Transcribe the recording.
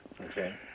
Okay